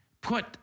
put